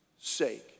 sake